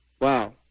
Wow